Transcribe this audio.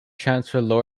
chancellor